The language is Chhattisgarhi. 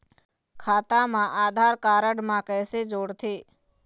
खाता मा आधार कारड मा कैसे जोड़थे?